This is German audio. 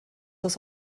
das